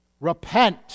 Repent